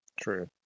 True